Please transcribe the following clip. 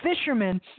fishermen